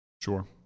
Sure